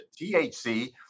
THC